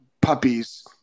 puppies